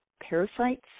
parasites